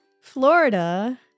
Florida